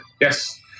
Yes